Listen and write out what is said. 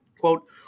quote